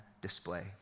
display